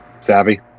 savvy